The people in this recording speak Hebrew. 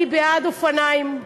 אני בעד אופניים,